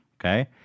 Okay